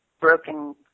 broken